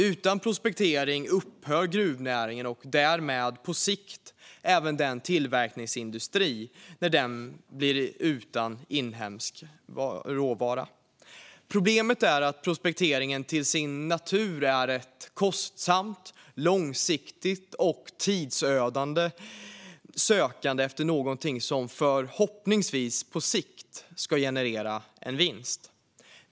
Utan prospektering upphör gruvnäringen och därmed på sikt även tillverkningsindustrin när den blir utan inhemsk råvara. Problemet är att prospekteringen till sin natur är ett kostsamt, långsiktigt och tidsödande sökande efter något som förhoppningsvis på sikt ska generera en vinst.